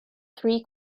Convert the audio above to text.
three